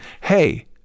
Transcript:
Hey